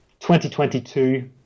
2022